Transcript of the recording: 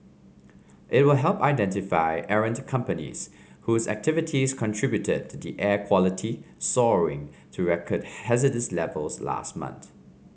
it will help identify errant companies whose activities contributed to the air quality soaring to record hazardous levels last month